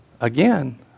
Again